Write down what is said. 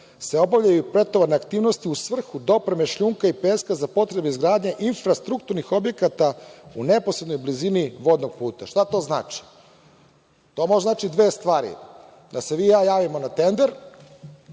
se obavljaju pretovarne aktivnosti u svrhu dopreme šljunka i peska za potrebe izgradnje infrastrukturnih objekata u neposrednoj blizini vodnog puta. Šta to znači? To može da znači dve stvari. Da se vi i ja javimo na tender,